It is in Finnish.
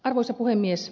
arvoisa puhemies